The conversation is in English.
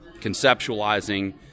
conceptualizing